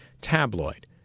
Tabloid